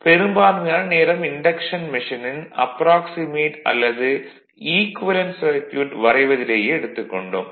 பெரும்பான்மையான நேரம் இன்டக்ஷன் மெஷினின் அப்ராக்சிமேட் அல்லது ஈக்குவேலன்ட் சர்க்யூட் வரைவதிலேயே எடுத்துக் கொண்டோம்